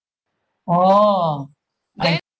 oh I see